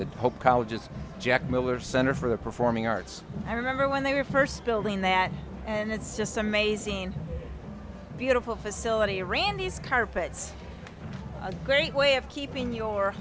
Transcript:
hope college is jack miller center for the perform i remember when they were first building that and it's just amazing beautiful facility randy's carpets a great way of keeping your